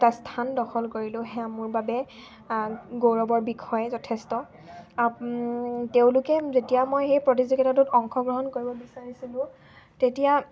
এটা স্থান দখল কৰিলোঁ সেয়া মোৰ বাবে গৌৰৱৰ বিষয় যথেষ্ট তেওঁলোকে যেতিয়া মই সেই প্ৰতিযোগিতাটোত অংশগ্ৰহণ কৰিব বিচাৰিছিলোঁ তেতিয়া